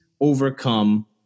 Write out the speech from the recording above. overcome